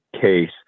case